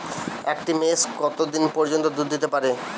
একটি মোষ কত দিন পর্যন্ত দুধ দিতে পারে?